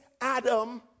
Adam